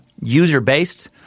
user-based